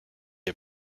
est